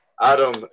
Adam